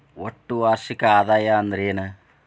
ಒಟ್ಟ ವಾರ್ಷಿಕ ಆದಾಯ ಅಂದ್ರೆನ?